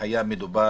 לא היה מדובר